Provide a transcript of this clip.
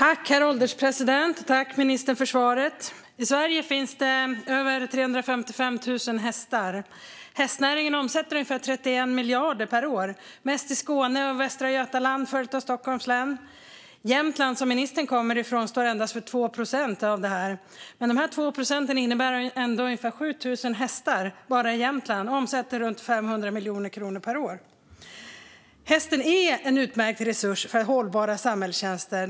Herr ålderspresident! Jag tackar ministern för svaret. I Sverige finns det över 355 000 hästar. Hästnäringen omsätter ungefär 31 miljarder per år, mest i Skåne och Västra Götaland följt av Stockholms län. Jämtland, som ministern kommer från, står endast för 2 procent, men dessa 2 procent innebär ändå ungefär 7 000 hästar bara i Jämtland och en omsättning på runt 500 miljoner kronor per år. Hästen är en utmärkt resurs för hållbara samhällstjänster.